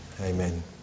Amen